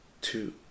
two